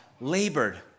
labored